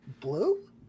blue